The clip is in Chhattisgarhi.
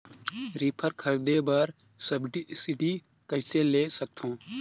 रीपर खरीदे बर सब्सिडी कइसे ले सकथव?